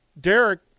Derek